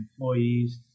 employees